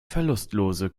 verlustlose